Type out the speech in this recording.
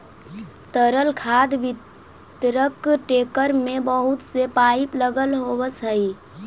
तरल खाद वितरक टेंकर में बहुत से पाइप लगल होवऽ हई